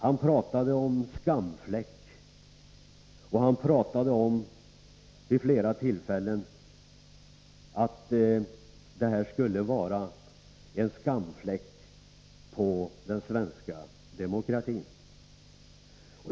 Han sade vid flera tillfällen att det här med anslutningsformerna skulle vara en skamfläck på den svenska demokratin.